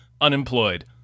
unemployed